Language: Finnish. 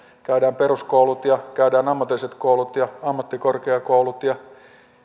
käydään peruskoulut ja käydään ammatilliset koulut ja ammattikorkeakoulut ja